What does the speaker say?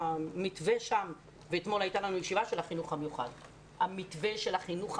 אתמול הייתה לנו ישיבה לגבי החינוך המיוחד.